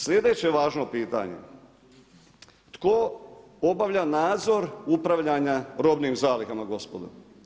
Slijedeće važno pitanje. tko obavlja nadzor upravljanja robnim zalihama, gospodo?